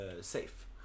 safe